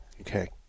Okay